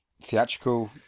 theatrical